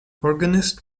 organist